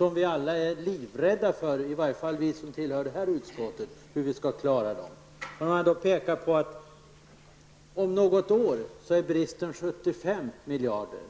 åtminstone vi i socialförsäkringsutskottet är livrädda för hur vi skall klara av detta. Det talas om att bristen om något år är 75 miljarder kronor.